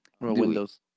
Windows